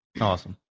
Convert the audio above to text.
Awesome